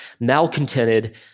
malcontented